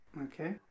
Okay